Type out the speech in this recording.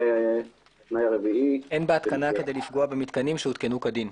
והתנאי הרביעי אין בהתקנה כדי לפגוע במתקנים שהותקנו כדין.